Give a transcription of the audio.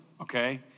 okay